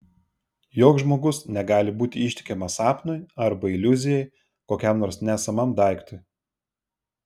joks žmogus negali būti ištikimas sapnui arba iliuzijai kokiam nors nesamam daiktui